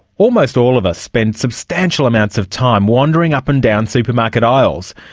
almost all of us spend substantial amounts of time wandering up and down supermarket aisles,